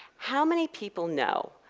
how many people know,